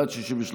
בעד, 55, נגד,